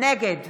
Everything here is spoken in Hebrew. נגד